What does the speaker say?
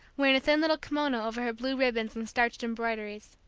wearing a thin little kimono over her blue ribbons and starched embroideries.